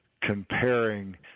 comparing